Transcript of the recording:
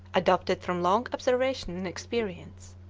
adopted from long observation and experience.